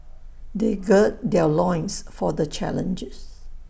they gird their loins for the challenges